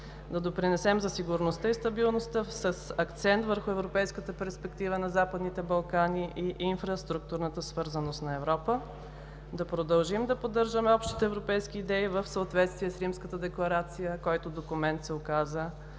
да допринесем за сигурността и стабилността с акцент върху европейската перспектива на Западните Балкани и инфраструктурната свързаност на Европа, да продължим да поддържаме общите европейски идеи в съответствие с Римската декларация, който документ се оказа